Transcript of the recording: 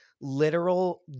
literal